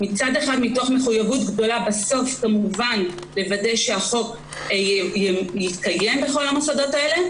מצד אחד מתוך מחויבות גדולה כדי לוודא שהחוק יתקיים בכל המוסדות האלה,